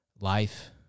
life